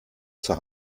zur